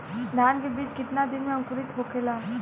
धान के बिज कितना दिन में अंकुरित होखेला?